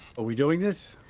are we doing this?